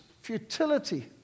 futility